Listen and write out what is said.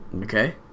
okay